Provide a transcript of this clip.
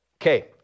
Okay